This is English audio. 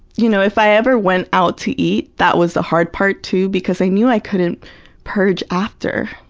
you know if i ever went out to eat, that was the hard part, too, because i knew i couldn't purge after,